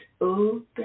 open